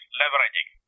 leveraging